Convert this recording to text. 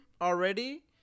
already